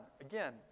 Again